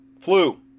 flu